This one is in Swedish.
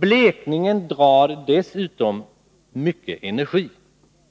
Blekningen drar dessutom mycket energi